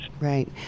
Right